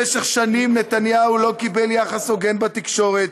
במשך שנים נתניהו לא קיבל יחס הוגן בתקשורת.